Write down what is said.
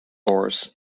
horse